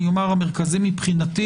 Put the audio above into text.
המרכזי מבחינתי